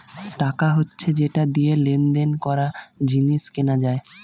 টাকা হচ্ছে যেটা দিয়ে লেনদেন করা, জিনিস কেনা যায়